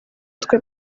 twe